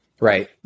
right